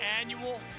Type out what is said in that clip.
annual